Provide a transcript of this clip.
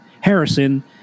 Harrison